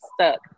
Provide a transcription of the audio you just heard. stuck